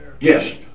Yes